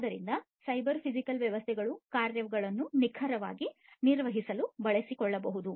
ಆದ್ದರಿಂದ cyber physical ವ್ಯವಸ್ಥೆಗಳು ಕಾರ್ಯಗಳನ್ನು ನಿಖರವಾಗಿ ನಿರ್ವಹಿಸಲು ಬಳಸಿಕೊಳ್ಳಬಹುದು